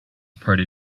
party